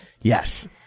yes